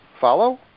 Follow